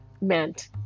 meant